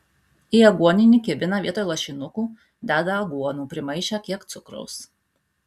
į aguoninį kibiną vietoj lašinukų deda aguonų primaišę kiek cukraus